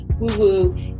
woo-woo